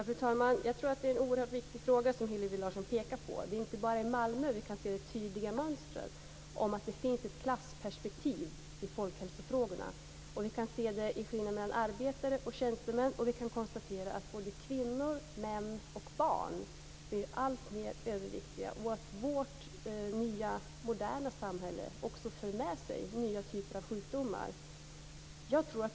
Fru talman! Det är en oerhört viktig fråga som Hillevi Larsson pekar på. Det är inte bara i Malmö vi kan se det tydliga mönstret med ett klassperspektiv i folkhälsofrågorna. Vi kan se skillnader mellan arbetare och tjänstemän, och vi kan konstatera att både kvinnor, män och barn blir alltmer överviktiga och att vårt nya, moderna samhälle för med sig nya typer av sjukdomar.